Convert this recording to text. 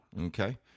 Okay